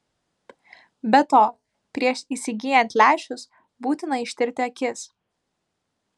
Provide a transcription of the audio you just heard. be to prieš įsigyjant lęšius būtina ištirti akis